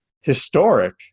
historic